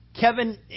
Kevin